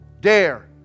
dare